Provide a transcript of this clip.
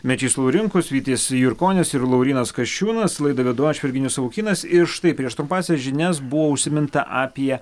mečys laurinkus vytis jurkonis ir laurynas kasčiūnas laidą vedu aš virginijus savukynas ir štai prieš trumpąsias žinias buvo užsiminta apie